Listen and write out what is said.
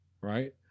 right